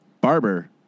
barber